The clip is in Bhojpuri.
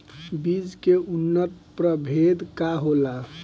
बीज के उन्नत प्रभेद का होला?